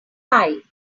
eye